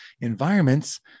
Environments